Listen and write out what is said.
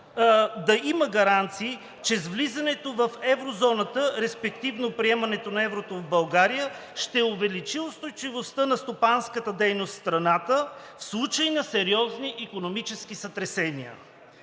да има гаранции, че с влизането в еврозоната, респективно приемането на еврото в България, ще се увеличи устойчивостта на стопанската дейност в страната в случай на сериозни икономически сътресения.